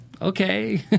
Okay